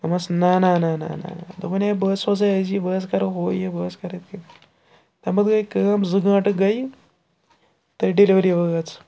دوٚپمَس نہ نہ نہ نہ نہ نہ دوٚپُن ہے بہٕ حظ سوزَے أزی بہٕ حظ کَرو ہُہ یہِ بہٕ حظ کَرٕ یِتھ کٔنۍ تَمہِ پَتہٕ گٔے کٲم زٕ گٲنٛٹہٕ گٔے تہٕ ڈِلؤری وٲژ